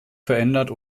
verändert